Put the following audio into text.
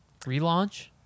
Relaunch